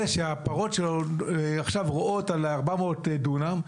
שהפרות שלו עכשיו רועות על 400 דונם.